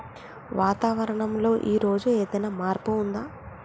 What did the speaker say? వాతావరణం లో ఈ రోజు ఏదైనా మార్పు ఉందా?